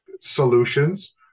solutions